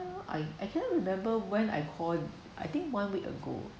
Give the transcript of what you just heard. I I cannot remember when I called I think one week ago